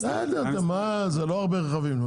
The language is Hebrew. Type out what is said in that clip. לא מדובר בהרבה רכבים.